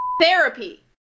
therapy